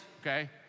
okay